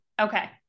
Okay